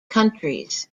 countries